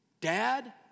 Dad